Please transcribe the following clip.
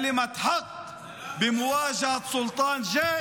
בצדק בעימות עם שלטון מקפח.) הוא